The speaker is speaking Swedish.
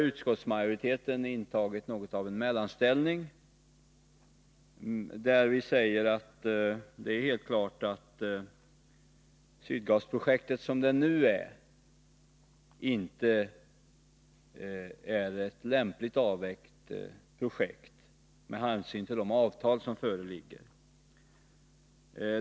Utskottsmajoriteten har intagit något av en mellanställning. Vi säger att det är helt klart att Sydgasprojektet som det nu är inte är ett lämpligt avvägt projekt med hänsyn till de avtal som föreligger.